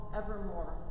evermore